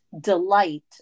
delight